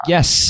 Yes